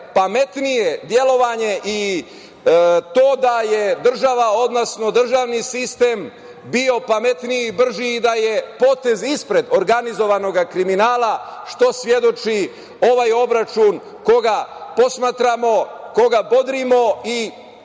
pametnije delovanje i to da je državni sistem bio pametniji i brži i da je potez ispred organizovanog kriminala, što svedoči ovaj obračun koga posmatramo, koga bodrimo i